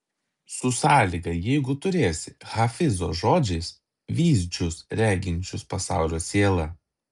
su sąlyga jeigu turėsi hafizo žodžiais vyzdžius reginčius pasaulio sielą